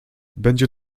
będzie